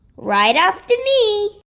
right after me